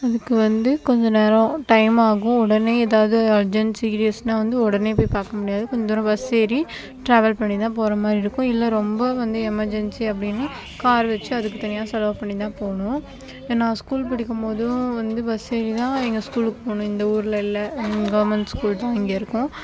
அதுக்கு வந்து கொஞ்சம் நேரம் டைம் ஆகும் உடனே ஏதாவது அர்ஜென்ட் சீரியஸ்னா வந்து உடனே போய் பார்க்க முடியாது கொஞ்சம் தூரம் பஸ் ஏறி டிராவல் பண்ணிதான் போகிற மாதிரி இருக்கும் இல்லை ரொம்ப வந்து எமெர்ஜென்சி அப்படினா கார் வச்சு அதுக்கு தனியாக செலவு பண்ணிதான் போகணும் ஏன்னா ஸ்கூல் படிக்கும்போதும் வந்து பஸ் ஏறிதான் எங்கள் ஸ்கூலுக்கு போகணும் இந்த ஊரில் இல்லை கவர்மெண்ட் ஸ்கூல்தான் இங்கே இருக்கும்